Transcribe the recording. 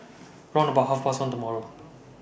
round about Half Past one tomorrow